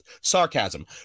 Sarcasm